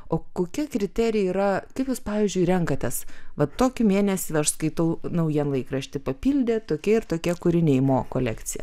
o kokie kriterijai yra kaip jūs pavyzdžiui renkatės vat tokį mėnesį aš skaitau naujienlaikraštį papildė tokie ir tokie kūriniai mo kolekciją